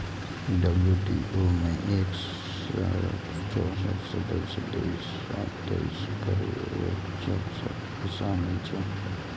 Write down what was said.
WTO मे एक सय चौंसठ सदस्य देश आ तेइस पर्यवेक्षक सरकार शामिल छै